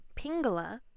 pingala